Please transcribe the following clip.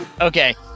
okay